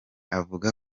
avuga